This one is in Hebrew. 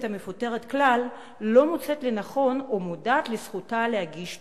המפוטרת כלל לא מוצאת לנכון או לא מודעת לזכותה להגיש תלונה.